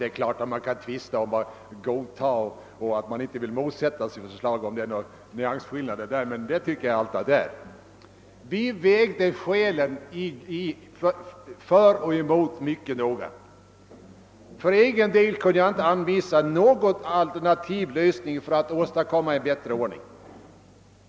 Det är klart att man kan tvista om nyansskillnaden mellan att godta och att inte motsätta sig ett förslag, men jag tycker att det är en nyans. Vi vägde skälen för och emot mycket noga. För egen del kunde jag inte anvisa någon alternativ lösning för att åstadkomma en bättre ordning.